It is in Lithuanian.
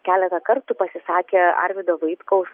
keletą kartų pasisakė arvydo vaitkaus